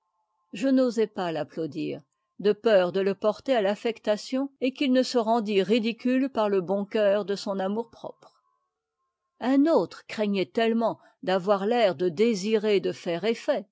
je n'osais pas l'applaudir de peur de le porter à l'affectation et qu'il ne se rendît ridicule par le bon coeur de son amour-propre un autre craignait tellement d'avoir l'air de désirer de faire effet